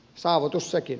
saavutus sekin